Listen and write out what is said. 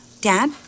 Dad